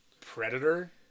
Predator